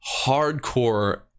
hardcore